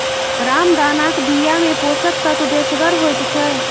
रामदानाक बियामे पोषक तत्व बेसगर होइत छै